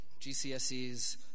GCSEs